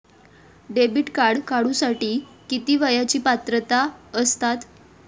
Debit card काढूसाठी किती वयाची पात्रता असतात?